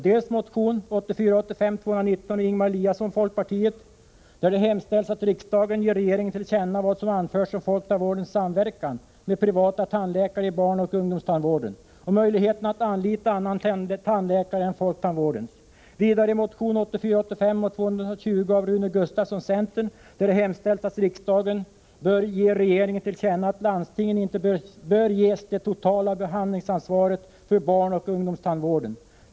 I motion 1984 85:220 av Rune Gustavsson, centern, hemställs att riksdagen bör ge regeringen till känna att landstingen inte bör ges det totala behandlingsansvaret för barnoch ungdomstandvården.